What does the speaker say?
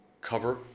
cover